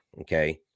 Okay